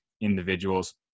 individuals